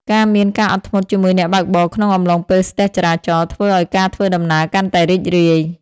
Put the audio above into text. ការមានការអត់ធ្មត់ជាមួយអ្នកបើកបរក្នុងអំឡុងពេលស្ទះចរាចរណ៍ ធ្វើឱ្យការធ្វើដំណើរកាន់តែរីករាយ។